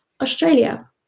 australia